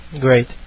great